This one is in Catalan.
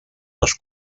les